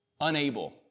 Unable